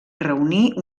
reunir